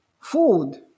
food